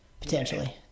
potentially